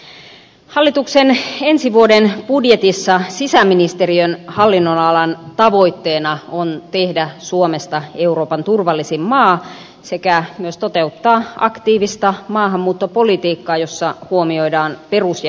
hallituksen ensi vuoden budjetissa sisäministeriön hallinnonalan tavoitteena on tehdä suomesta euroopan turvallisin maa sekä myös toteuttaa aktiivista maahanmuuttopolitiikkaa jossa huomioidaan perus ja ihmisoikeudet